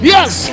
Yes